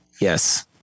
Yes